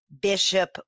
Bishop